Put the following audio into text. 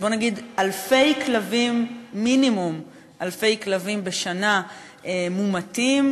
בואו ונגיד: אלפי כלבים מינימום בשנה מומתים,